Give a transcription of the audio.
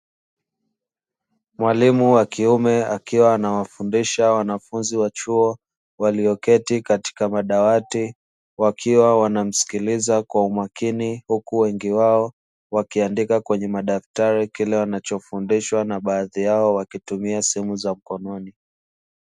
Mwalimu wa kiume akiwa anawafundisha wanafunzi wa chuo walioketi katika madawati wakiwa wanamsikiliza kwa umakini, huku wengi wao wakiandika kwenye madaftari kile wanachofundishwa na baadhi yao wakitumia simu za mkononi.